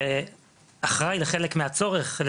שאחראי לחלק מהצורך,